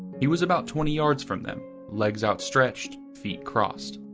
he was about twenty yards from them, legs outstretched, feet crossed.